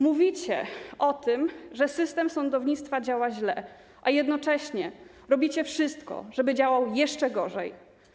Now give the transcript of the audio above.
Mówicie o tym, że system sądownictwa działa źle, a jednocześnie robicie wszystko, żeby działał jeszcze gorzej.